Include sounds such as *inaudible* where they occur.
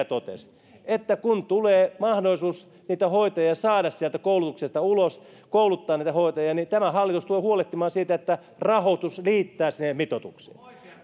*unintelligible* totesi että kun tulee mahdollisuus niitä hoitajia saada sieltä koulutuksesta ulos kouluttaa niitä hoitajia niin tämä hallitus tulee huolehtimaan siitä että rahoitus riittää siihen mitoitukseen